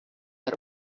that